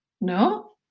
No